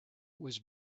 was